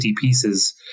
pieces